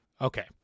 okay